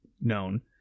known